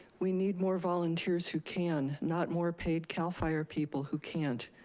we need more volunteers who can, not more paid cal fire people who can't.